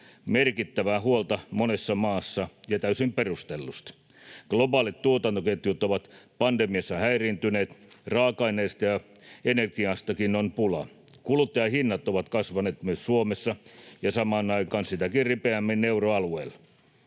merkittävää huolta monessa maassa, ja täysin perustellusti. Globaalit tuotantoketjut ovat pandemiassa häiriintyneet, ja raaka-aineista ja energiastakin on pula. Kuluttajahinnat ovat kasvaneet myös Suomessa, ja samaan aikaan sitäkin ripeämmin euroalueella.